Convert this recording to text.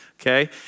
okay